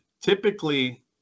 typically